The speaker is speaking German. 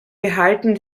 behalten